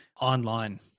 online